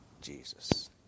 Jesus